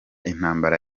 intambara